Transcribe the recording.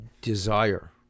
Desire